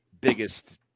biggest